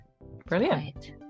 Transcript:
brilliant